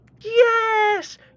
Yes